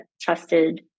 trusted